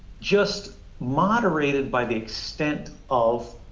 just moderated by the extent of,